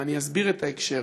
ואני אסביר את ההקשר.